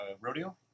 rodeo